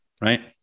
right